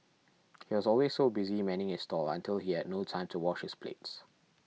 he was always so busy manning his stall until he had no time to wash his plates